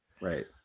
Right